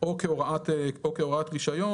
או כהוראת רישיון,